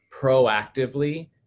proactively